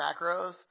macros